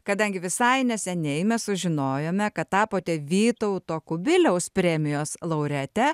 kadangi visai neseniai mes sužinojome kad tapote vytauto kubiliaus premijos laureate